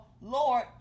Lord